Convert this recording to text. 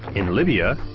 in libya,